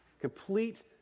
complete